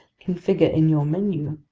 can figure in your menu,